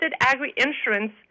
agri-insurance